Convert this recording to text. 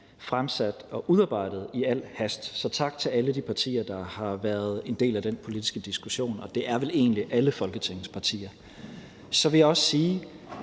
fremsat og udarbejdet i al hast. Så tak til alle de partier, der har været en del af den politiske diskussion, og det er vel egentlig alle Folketingets partier. Så vil jeg også sige,